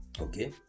Okay